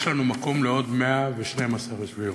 יש לנו מקום לעוד 112 יושבי-ראש.